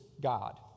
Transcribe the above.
God